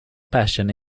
passion